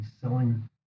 selling